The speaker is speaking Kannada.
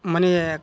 ಮನೆಯಾಕೆ